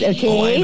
Okay